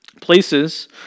Places